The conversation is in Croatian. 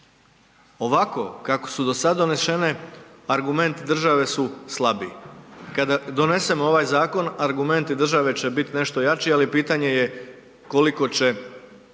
Ovako kako su do sad donešene, argumenti države su slabi. Kada donesemo ovaj zakon argumenti države će bit nešto jači, ali pitanje je koliko će